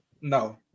No